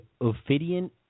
Ophidian